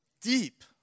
deep